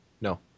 No